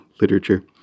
literature